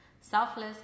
selfless